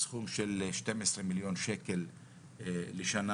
בסכום של 12 מיליון שקל בשנה.